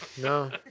no